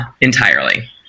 entirely